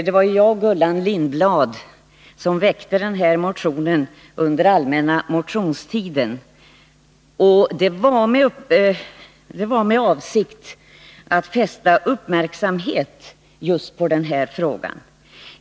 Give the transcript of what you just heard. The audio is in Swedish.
Det var Gullan Lindblad och jag som väckte motionen i den här frågan under den allmänna motionstiden, och det var vår avsikt att fästa riksdagens uppmärksamhet på just det här problemet.